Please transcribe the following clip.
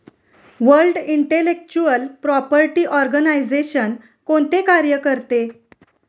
World intellectual property organisation कोणते कार्य करते?